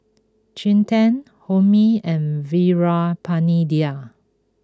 Chetan Homi and Veerapandiya